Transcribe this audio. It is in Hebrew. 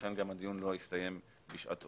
ולכן גם הדיון לא הסתיים בשעתו.